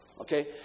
Okay